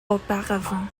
auparavant